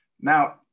now